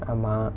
ஆமா:aamaa